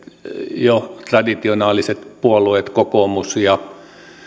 jo traditionaaliset puolueet kokoomus ja